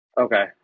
Okay